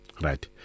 right